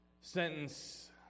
sentence